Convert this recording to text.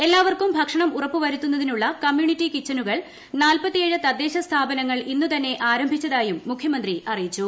എല്ലാവർക്കും ഭ്രക്ഷ്ടണം ഉറപ്പുവരുത്തുന്നതിനുള്ള കമ്മ്യൂണിറ്റി കിച്ചനുകൾ ഏ ൃത്ദേശ സ്ഥാപനങ്ങൾ ഇന്നു തന്നെ ആരംഭിച്ചതായും മുഖ്യമന്ത്രി അറിയിച്ചു